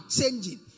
changing